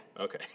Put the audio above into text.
Okay